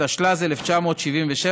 התשל"ז 1977,